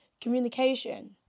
Communication